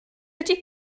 ydy